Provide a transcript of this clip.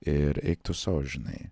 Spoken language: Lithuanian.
ir eik tu sau žinai